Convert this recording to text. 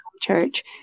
church